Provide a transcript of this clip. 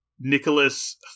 Nicholas